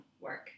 work